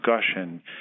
discussion